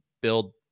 build